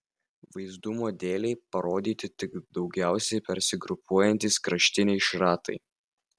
vaizdumo dėlei parodyti tik daugiausiai persigrupuojantys kraštiniai šratai